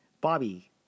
Bobby